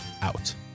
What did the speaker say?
out